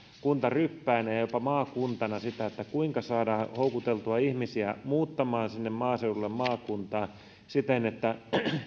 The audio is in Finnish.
kuntaryppäinä ja jopa maakuntana sitä kuinka saadaan houkuteltua ihmisiä muuttamaan sinne maaseudulle maakuntaan siten että